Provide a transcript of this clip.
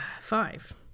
Five